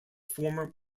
former